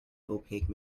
opaque